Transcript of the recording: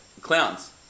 Clowns